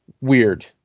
weird